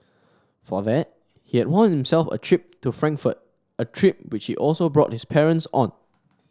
for that he had won himself a trip to Frankfurt a trip which he also brought his parents on